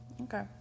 Okay